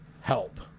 Help